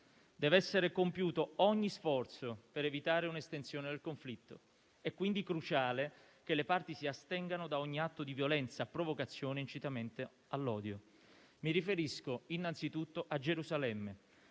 Deve essere compiuto ogni sforzo per evitare un'estensione del conflitto. È quindi cruciale che le parti si astengano da ogni atto di violenza, provocazione e incitamento all'odio. Mi riferisco innanzi tutto a Gerusalemme,